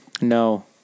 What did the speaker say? No